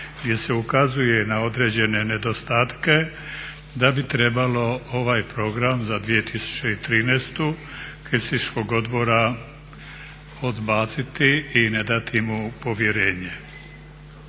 gdje se ukazuje na određene nedostatke da bi trebalo ovaj program za 2013. Helsinškog odbora odbaciti i ne dati mu povjerenje.